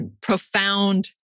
profound